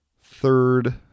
third